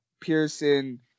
Pearson